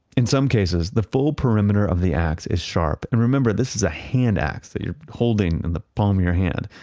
in some cases, the full perimeter of the axe is sharp and remember, this is a hand axe that you're holding in the palm of your hand.